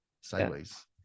sideways